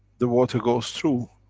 the water goes through.